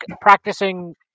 practicing